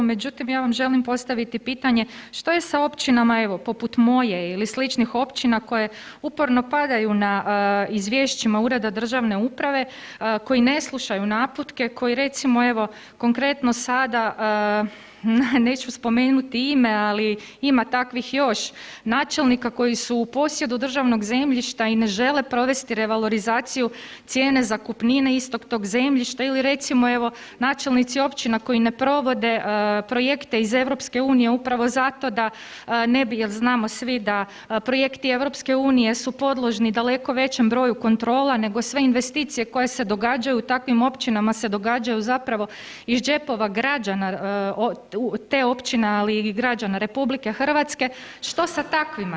Međutim, ja vam želim postaviti pitanje što je sa općinama evo poput moje ili sličnih općina koje uporno padaju na izvješćima Ureda državne uprave koji ne slušaju naputke, koji recimo evo konkretno sada neću spomenuti ima, ali ima takvih još načelnika koji su u posjedu državnog zemljišta i ne žele provesti revalorizaciju cijene zakupnine istog tog zemljišta ili recimo načelnici općina koji ne provode projekte iz EU upravo zato da ne bi jel znamo svi da projekti EU su podložni daleko većem broju kontrola nego sve investicije koje se događaju u takvim općinama se događaju iz džepova građana te općine, ali i građana RH, što sa takvima?